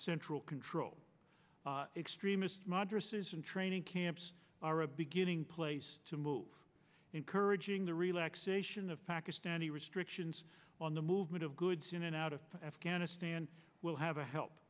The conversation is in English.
central control extremist madrassas and training camps are a beginning place to move encouraging the relaxation of pakistani restrictions on the movement of goods in and out of afghanistan will have to help